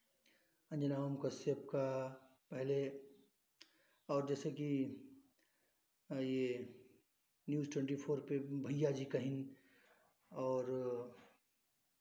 अंजना ओम कश्यप का पहले और जैसे कि हाँ ये न्यूज़ ट्वेन्टी फोर के भैया जी कहिन और